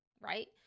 right